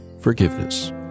Forgiveness